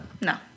No